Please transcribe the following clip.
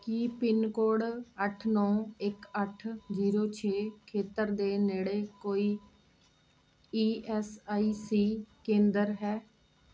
ਕੀ pin code ਅੱਠ ਨੌ ਇੱਕ ਅੱਠ ਜੀਰੋ ਛੇ ਖੇਤਰ ਦੇ ਨੇੜੇ ਕੋਈ ਈ ਐੱਸ ਆਈ ਸੀ ਕੇਂਦਰ ਹੈ